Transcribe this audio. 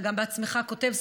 אתה גם בעצמך כותב ספרים.